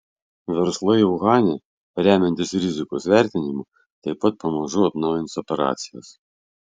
verslai uhane remiantis rizikos vertinimu taip pat pamažu atnaujins operacijas